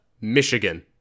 Michigan